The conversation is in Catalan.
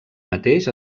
mateix